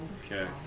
Okay